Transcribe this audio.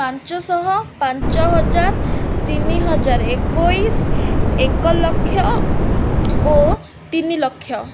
ପାଞ୍ଚଶହ ପାଞ୍ଚ ହଜାର ତିନି ହଜାର ଏକୋଇଶ ଏକଲକ୍ଷ ଓ ତିନି ଲକ୍ଷ